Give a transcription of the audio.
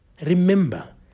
Remember